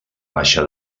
baixa